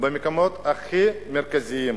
במקומות הכי מרכזיים,